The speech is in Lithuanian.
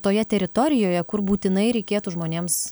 toje teritorijoje kur būtinai reikėtų žmonėms